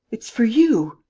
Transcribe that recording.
it's for you.